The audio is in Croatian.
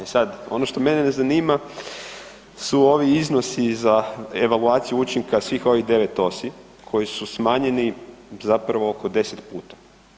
E sad ono što mene zanima su ovi iznosi za evaluaciju učinka svih ovih 9 osi koji su smanjeni zapravo oko 10 puta.